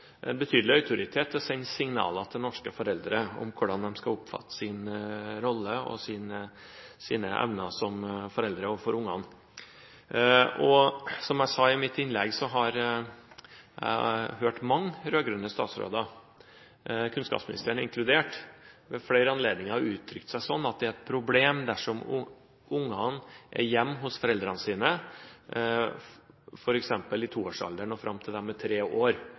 betydelig autoritet til å sende signaler til norske foreldre om hvordan de skal oppfatte sin rolle og sine evner som foreldre. Som jeg sa i mitt innlegg, har jeg hørt mange rød-grønne statsråder – kunnskapsministeren inkludert – ved flere anledninger gi uttrykk for at det er et problem dersom ungene er hjemme hos foreldrene sine, f.eks. i toårsalderen og fram til de er tre år,